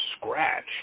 scratch